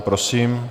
Prosím.